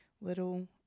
little